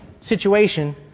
situation